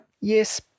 Yes